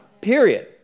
Period